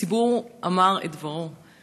הציבור אמר את דברו,